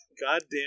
Goddamn